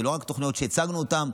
זה לא רק תוכניות שהצגנו אותן.